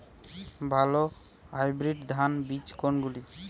ভালো হাইব্রিড ধান বীজ কোনগুলি?